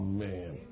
man